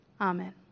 Amen